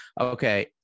okay